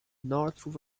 north